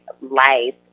life